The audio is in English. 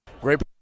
Great